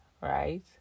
right